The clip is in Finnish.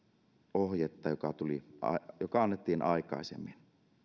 ohjetta joka annettiin aikaisemmin